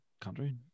country